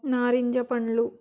నారింజ పండ్లు